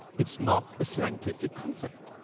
it's not a scientific concept.